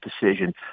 decision